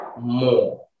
more